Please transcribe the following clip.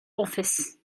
office